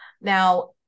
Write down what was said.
Now